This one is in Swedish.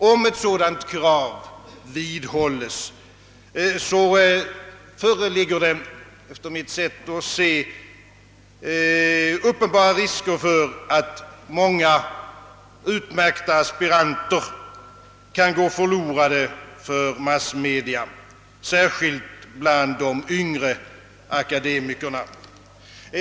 Om ett sådant krav bibehålles, föreligger det efter mitt sätt att se uppenbara risker för att många utmärkta aspiranter kan gå förlorade för massmedia, särskilt bland de yngre akademikerna.